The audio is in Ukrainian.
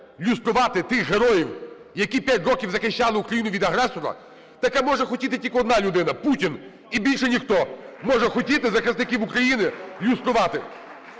люструвати тих героїв, які 5 років захищали Україну від агресора. Таке може хотіти тільки одна людина – Путін, і більше ніхто може хотіти захисників України люструвати.